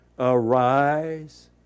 Arise